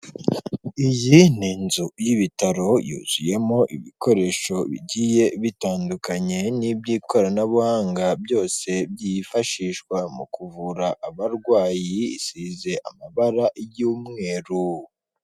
Iyi ni inzu y'ibitaro yuzuyemo ibikoresho bigiye bitandukanye n'iby'ikoranabuhanga byose byifashishwa mu kuvura abarwayi, isize amabara y'umweru.